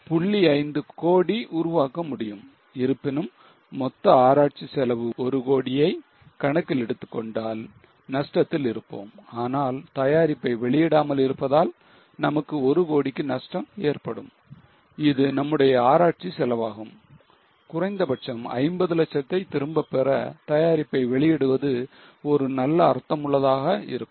5 கோடி உருவாக்க முடியும் இருப்பினும் மொத்த ஆராய்ச்சி செலவு 1 கோடியை கணக்கில் எடுத்துக்கொண்டால் நஷ்டத்தில் இருப்போம் ஆனால் தயாரிப்பை வெளியிடாமல் இருப்பதால் நமக்கு 1 கோடிக்கு நஷ்டம் ஏற்படும் அது நம்முடைய ஆராய்ச்சி செலவாகும் குறைந்தபட்சம் 50 லட்சத்தை திரும்பப்பெற தயாரிப்பை வெளியிடுவது ஒரு நல்ல அர்த்தமுள்ளதாக இருக்கும்